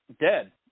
dead